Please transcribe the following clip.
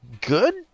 good